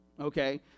okay